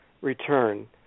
return